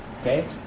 Okay